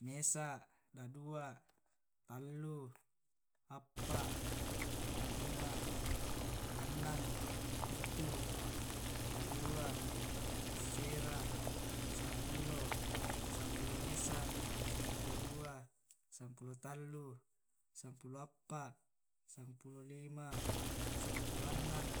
Mesa', daddua, tallu, appa, lima. annang, pitu, karua, kassera, sampulo, sampulo mesa, sampulo dua, sampulo tallu, sampulo appa, sampulo lima, sampulo annang,